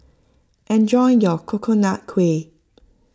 enjoy your Coconut Kuih